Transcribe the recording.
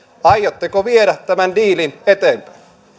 aiotteko viedä tämän diilin eteenpäin